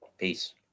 Peace